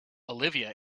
olivia